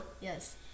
Yes